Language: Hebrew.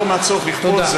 לא מהצורך לכפות,